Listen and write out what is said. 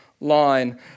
line